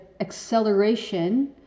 acceleration